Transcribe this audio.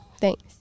Thanks